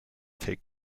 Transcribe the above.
take